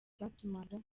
byatumaga